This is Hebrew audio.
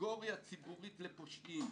בסנגוריה ציבורית לפושעים.